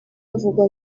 havugwa